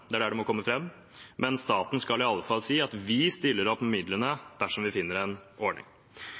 det er der det må komme fram – men staten skal i alle fall si at vi stiller opp med midlene, dersom vi finner en ordning.